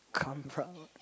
come bruh